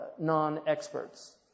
non-experts